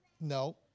No